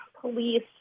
police